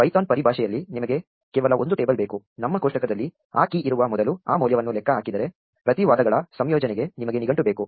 Python ಪರಿಭಾಷೆಯಲ್ಲಿ ನಿಮಗೆ ಕೇವಲ ಒಂದು ಟೇಬಲ್ ಬೇಕು ನಮ್ಮ ಕೋಷ್ಟಕದಲ್ಲಿ ಆ ಕೀ ಇರುವ ಮೊದಲು ಆ ಮೌಲ್ಯವನ್ನು ಲೆಕ್ಕ ಹಾಕಿದ್ದರೆ ಪ್ರತಿ ವಾದಗಳ ಸಂಯೋಜನೆಗೆ ನಿಮಗೆ ನಿಘಂಟು ಬೇಕು